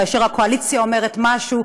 כאשר הקואליציה אומרת משהו,